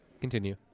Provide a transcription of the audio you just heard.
Continue